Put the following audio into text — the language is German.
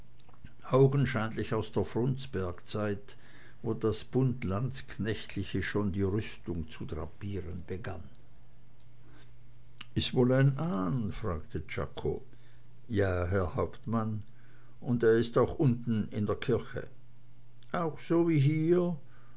augenscheinlich aus der frundsbergzeit wo das bunt landsknechtliche schon die rüstung zu drapieren begann is wohl ein ahn fragte czako ja herr hauptmann und er ist auch unten in der kirche auch so wie hier